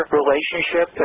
relationship